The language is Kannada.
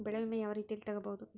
ಬೆಳೆ ವಿಮೆ ಯಾವ ರೇತಿಯಲ್ಲಿ ತಗಬಹುದು?